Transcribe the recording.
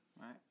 Right